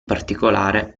particolare